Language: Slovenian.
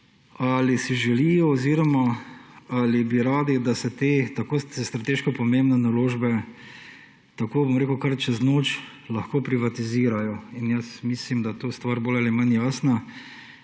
ali si želijo oziroma ali bo radi, da se te tako strateško pomembne naložbe tako, bom rekel, kar čez noč lahko privatizirajo. In jaz mislim, da je tu stvar bolj ali manj jasna,